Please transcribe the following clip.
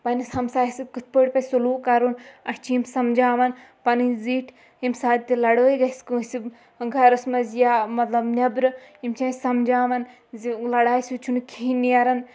پنٛنِس ہمسایَس کِتھ پٲٹھۍ پَزِ سلوٗک کَرُن اَسہِ چھِ یِم سَمجاوان پَنٕنۍ زِٹھۍ ییٚمہِ ساتہٕ تہِ لڑٲے گژھِ کٲنٛسہِ گَرَس منٛز یا مطلب نیٚبرٕ یِم چھِ اَسہِ سَمجاوان زِ لَڑایہِ سۭتۍ چھُنہٕ کِہیٖنۍ نیران